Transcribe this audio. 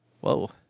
Whoa